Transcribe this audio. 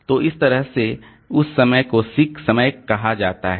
तो इस तरह से तो उस समय को सीक समय कहा जाता है